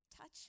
Touch